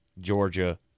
Georgia